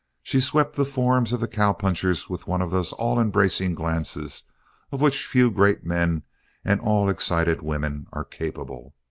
she swept the forms of the cowpunchers with one of those all-embracing glances of which few great men and all excited women are capable.